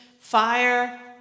fire